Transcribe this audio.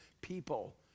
people